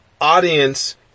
audience